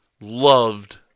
loved